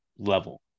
level